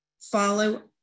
Follow